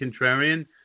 contrarian